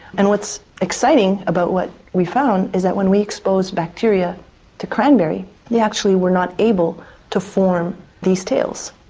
and what's exciting about what we found is that when we exposed bacteria to cranberry they actually were not able to form these tails,